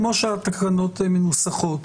כמו שהתקנות מנוסחות,